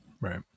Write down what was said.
right